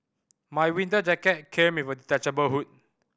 my winter jacket came with a detachable hood